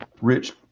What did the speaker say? rich